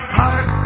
heart